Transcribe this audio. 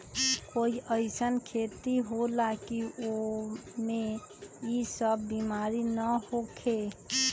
कोई अईसन खेती होला की वो में ई सब बीमारी न होखे?